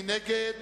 סעיף 32,